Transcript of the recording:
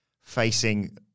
facing